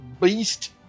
beast